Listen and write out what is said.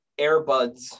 AirBuds